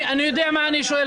אני יודע מה שאני שואל.